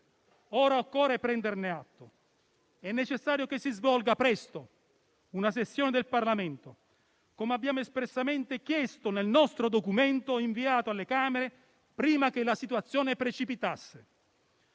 ora occorre prenderne atto. È necessario che si svolga presto una sessione del Parlamento, come abbiamo espressamente chiesto nel nostro documento inviato alle Camere prima che la situazione precipitasse.